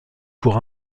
pour